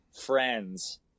friends